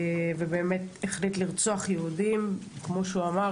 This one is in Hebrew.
ובאמת החליט לרצוח יהודים כמו שהוא אמר,